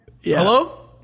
Hello